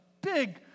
big